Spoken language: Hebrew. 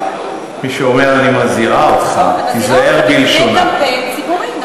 אני מזהירה אותך מפני קמפיין ציבורי.